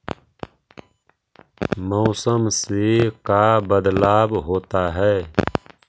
मौसम से का बदलाव होता है?